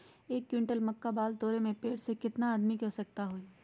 एक क्विंटल मक्का बाल तोरे में पेड़ से केतना आदमी के आवश्कता होई?